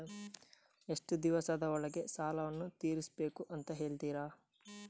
ಎಷ್ಟು ದಿವಸದ ಒಳಗೆ ಸಾಲವನ್ನು ತೀರಿಸ್ಬೇಕು ಅಂತ ಹೇಳ್ತಿರಾ?